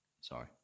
Sorry